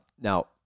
Now